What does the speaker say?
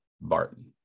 Barton